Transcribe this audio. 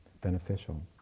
beneficial